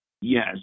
Yes